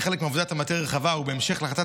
לקריאה הראשונה.